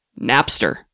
Napster